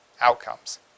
outcomes